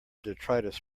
detritus